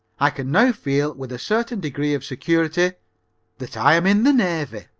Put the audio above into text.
i can now feel with a certain degree of security that i am in the navy.